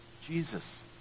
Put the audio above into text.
Jesus